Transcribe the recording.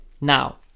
Now